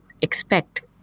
expect